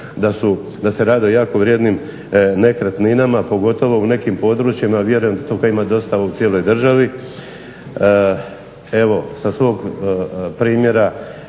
da se radi o jako vrijednim nekretninama pogotovo u nekim područjima, vjerujem da toga ima dosta u cijeloj državi. Evo sa svog primjera